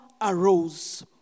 arose